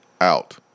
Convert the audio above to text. out